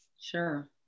Sure